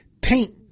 paint